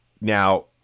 Now